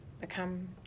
become